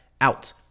out